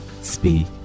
speak